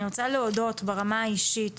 אני רוצה להודות ברמה האישית